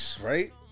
Right